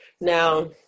Now